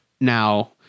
Now